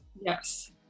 Yes